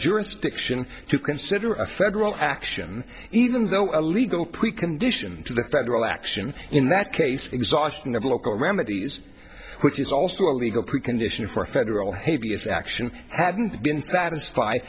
jurisdiction to consider a federal action even though a legal precondition to the federal action in that case exhausting of local remedies which is also a legal precondition for a federal hate vs action hadn't been satisfied